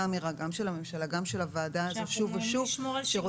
אמירה גם של הממשלה וגם של הוועדה הזאת שוב ושוב שרוצים